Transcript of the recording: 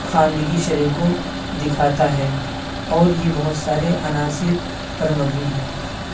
خواندگی شرح کو دکھاتا ہے اور یہ بہت سارے عناصر پر مبنی ہے